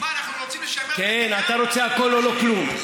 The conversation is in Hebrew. אנחנו רוצים לשמר, כן, אתה רוצה הכול או לא כלום.